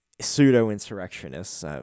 pseudo-insurrectionists